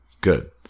good